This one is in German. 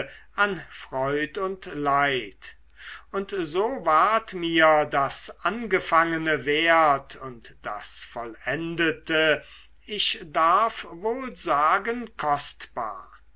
an freud und leid und so ward mir das angefangene wert und das vollendete ich darf wohl sagen